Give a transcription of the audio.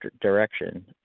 direction